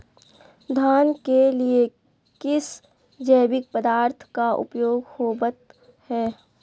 धान के लिए किस जैविक पदार्थ का उपयोग होवत है?